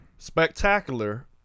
Spectacular